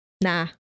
nah